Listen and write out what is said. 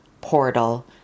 portal